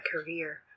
career